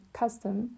custom